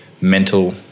mental